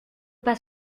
pas